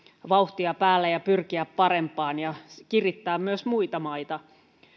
vauhtia päällä ja pyrkiä parempaan ja kirittää myös muita maita